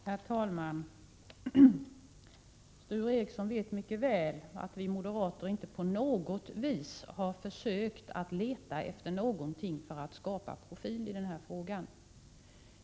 Herr talman! Sture Ericson vet mycket väl att vi moderater inte på något vis har försökt att leta efter någonting för att skapa profil i den här frågan.